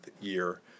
year